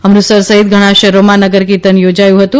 અમૃતસર સહિત ઘણા શહેરોમાં નગરકીર્તન યોજાયું હતું